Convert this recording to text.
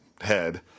head